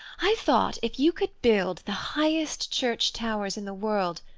i thought, if you could build the highest church-towers in the world,